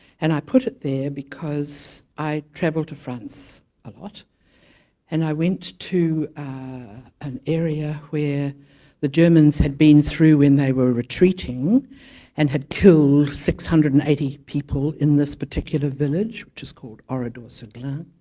and i put it there because i travel to france a lot and i went to an area where the germans had been through when they were retreating and had killed six hundred and eighty people in this particular village which is called oradour-sur-glane